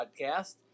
podcast